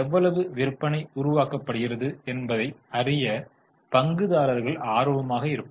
எவ்வளவு விற்பனை உருவாக்கப்படுகிறது என்பதை அறிய பங்குதாரர்கள் ஆர்வமாக இருப்பார்கள்